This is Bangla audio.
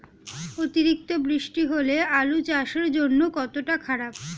অতিরিক্ত বৃষ্টি হলে আলু চাষের জন্য কতটা খারাপ?